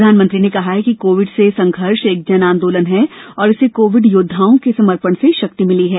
प्रधानमंत्री ने कहा कि कोविड से संघर्ष एक जन आंदोलन है और इसे कोविड योद्वाओं के समर्पण से शक्ति मिली है